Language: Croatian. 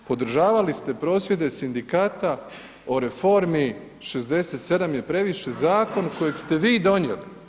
Podržavali ste prosvjete sindikata o reformi „67 je previše“, zakon kojeg ste vi donijeli.